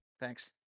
Thanks